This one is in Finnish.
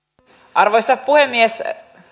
arvoisa puhemies